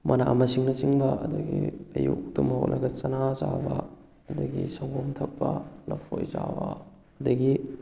ꯃꯅꯥ ꯃꯁꯤꯡꯅꯆꯤꯡꯕ ꯑꯗꯨꯗꯒꯤ ꯑꯌꯨꯛ ꯇꯨꯝꯕ ꯍꯧꯒꯠꯂꯒ ꯆꯅꯥ ꯆꯥꯕ ꯑꯗꯨꯗꯒꯤ ꯁꯪꯒꯣꯝ ꯊꯛꯄ ꯂꯐꯣꯏ ꯆꯥꯕ ꯑꯗꯨꯗꯒꯤ